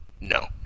no